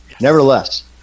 Nevertheless